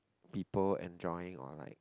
people enjoying or like